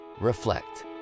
reflect